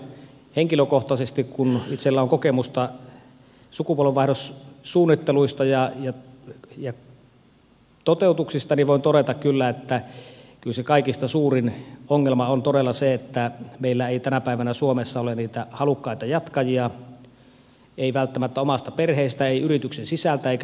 henkilökohtaisesti kun itselläni on kokemusta sukupolvenvaihdossuunnitteluista ja toteutuksista voin todeta kyllä että se kaikista suurin ongelma on todella se että meillä ei tänä päivänä suomessa ole niitä halukkaita jatkajia ei välttämättä omasta perheestä ei yrityksen sisältä eikä ulkopuoleltakaan